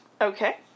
okay